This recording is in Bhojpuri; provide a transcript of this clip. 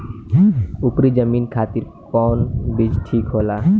उपरी जमीन खातिर कौन बीज ठीक होला?